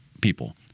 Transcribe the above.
people